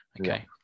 Okay